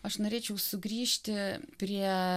aš norėčiau sugrįžti prie